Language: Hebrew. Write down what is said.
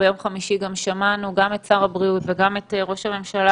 ביום חמישי שמענו גם את שר הבריאות וגם את ראש הממשלה